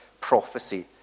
prophecy